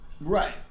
Right